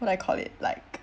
what I call it like